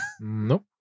Nope